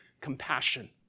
compassion